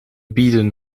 bieden